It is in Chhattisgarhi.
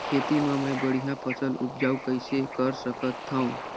खेती म मै बढ़िया फसल उपजाऊ कइसे कर सकत थव?